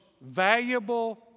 valuable